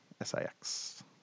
S-I-X